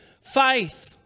faith